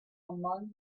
among